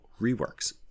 reworks